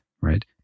Right